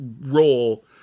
role